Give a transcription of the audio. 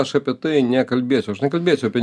aš apie tai nekalbėsiu aš nekalbėsiu apie